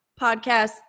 podcast